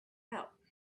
out